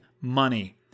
money